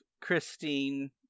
Christine